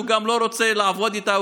שהוא לא רוצה לעבוד איתה,